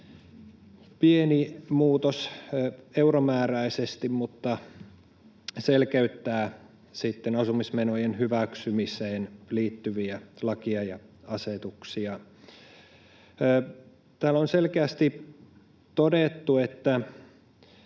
pieni muutos euromääräisesti mutta selkeyttää sitten asumismenojen hyväksymiseen liittyviä lakeja ja asetuksia. Täällä on selkeästi todettu, että